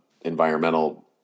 environmental